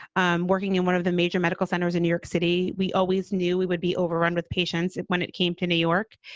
um working in one of the major medical centers in new york city, we always knew we would be overrun with patients when it came to new york.